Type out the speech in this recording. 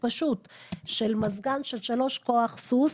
של מזגן של 3 כ"ס,